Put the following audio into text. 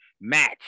match